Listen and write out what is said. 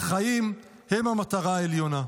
החיים הם המטרה העליונה.